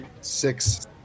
Six